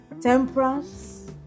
temperance